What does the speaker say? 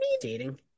dating